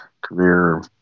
career